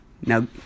Now